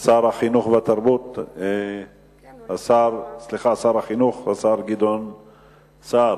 הוא שר החינוך, השר גדעון סער.